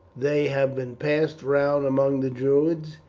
they have been passed round among the druids,